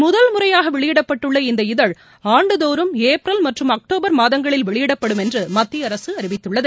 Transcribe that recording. முதல் முறையாக வெளியிடப்பட்டுள்ள இந்த இதழ் ஆண்டுதோறும் ஏப்ரல் மற்றும் அக்டோபர் மாதங்களில் வெளியிடப்படும் என்று மத்திய அரசு அறிவித்துள்ளது